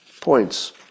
points